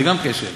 גם זה כשל.